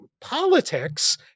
politics